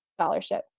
scholarship